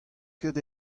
ket